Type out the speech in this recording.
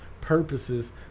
purposes